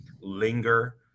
linger